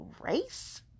race